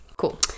Cool